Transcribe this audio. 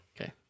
Okay